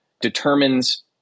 determines